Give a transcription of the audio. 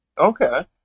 Okay